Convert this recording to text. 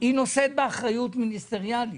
היא נושאת באחריות מיניסטריאלית.